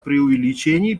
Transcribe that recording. преувеличений